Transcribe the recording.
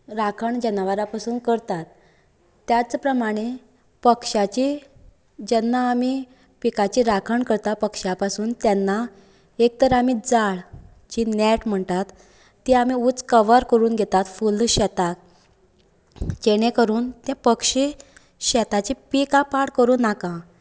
राखण जनावरा पसून करतात त्याच प्रमाणे पक्षाची जेन्ना आमी पिकाची राखण करता पक्षा पसून तेन्ना एक तर आमी जाळ जी नॅट म्हणटात ती आमी उंच कवर करून घेतात फुल्ल शेताक जेणे करून ते पक्षी शेताची पिकां पाड करूंक नाका